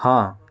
ହଁ